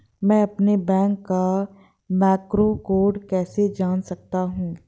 मैं अपने बैंक का मैक्रो कोड कैसे जान सकता हूँ?